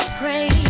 pray